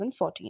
2014